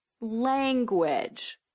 language